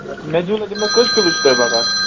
میجوٗل دِمو کٔژ کِلو چھِ تۅہہِ بکار